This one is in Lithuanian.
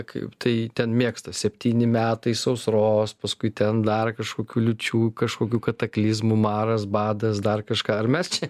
kaip tai ten mėgsta septyni metai sausros paskui ten dar kažkokių kliūčių kažkokių kataklizmų maras badas dar kažką ar mes čia